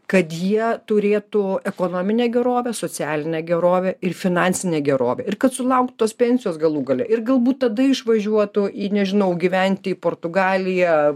kad jie turėtų ekonominę gerovę socialinę gerovę ir finansinę gerovę ir kad sulauktų tos pensijos galų gale ir galbūt tada išvažiuotų į nežinau gyventi į portugaliją